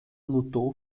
lutou